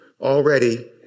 Already